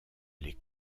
les